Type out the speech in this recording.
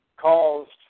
caused